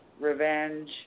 revenge